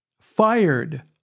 fired